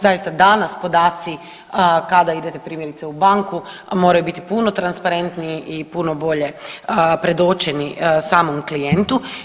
Zaista danas podaci kada idete primjerice u banku moraju biti puno transparentniji i puno bolje predočeni samom klijentu.